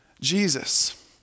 Jesus